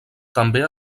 també